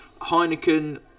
Heineken